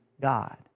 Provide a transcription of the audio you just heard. God